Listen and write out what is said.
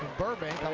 burbank,